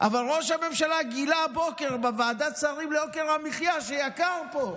אבל ראש הממשלה גילה הבוקר בוועדת שרים ליוקר המחיה שיקר פה,